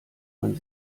man